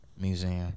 Museum